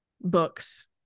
Books